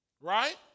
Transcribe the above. right